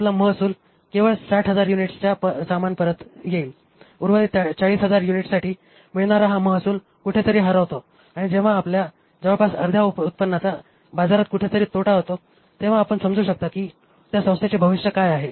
आपला महसूल केवळ 60000 युनिट्सच्या समान परत येईल आणि उर्वरित 40000 युनिट्ससाठी मिळणारा हा महसूल कुठेतरी हरवतो आणि जेव्हा आपल्या जवळपास अर्ध्या उत्पन्नाचा बाजारात कुठेतरी तोटा होतो तेव्हा आपण समजू शकता की त्या संस्थेचे भविष्य काय आहे